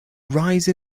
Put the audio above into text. rise